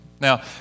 Now